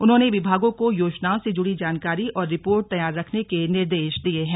उन्होंने विभागों को योजनाओं से जुड़ी जानकारी और रिपोर्ट तैयार रखने के निर्देश दिये हैं